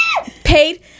paid